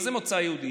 מה זה "ממוצא יהודי",